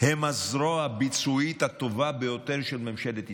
הם הזרוע הביצועית הטובה ביותר של ממשלת ישראל,